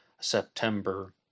September